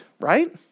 right